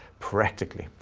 practically.